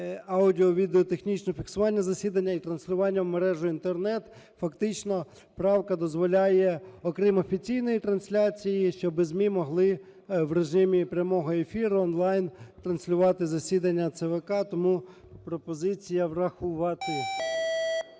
аудіо-, відео-, технічного фіксування засідання і транслювання в мережу Інтернет. Фактично правка дозволяє окрім офіційної трансляції, щоби ЗМІ могли в режимі прямого ефіру он-лайн транслювати засідання ЦВК. Тому пропозиція врахувати,